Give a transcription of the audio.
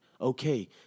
Okay